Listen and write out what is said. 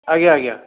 ଆଜ୍ଞା ଆଜ୍ଞା